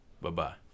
Bye-bye